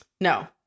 No